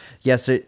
Yes